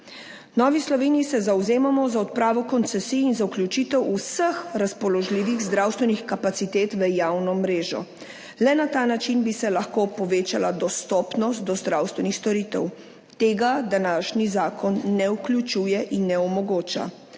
Novi Sloveniji se zavzemamo za odpravo koncesij in za vključitev vseh razpoložljivih zdravstvenih kapacitet v javno mrežo. Le na ta način bi se lahko povečala dostopnost do zdravstvenih storitev. Tega današnji zakon ne vključuje in ne omogoča.